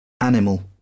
animal